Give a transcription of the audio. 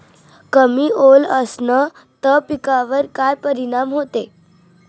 कमी ओल असनं त पिकावर काय परिनाम होते?